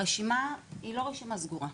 הרשימה היא לא רשימה סגורה,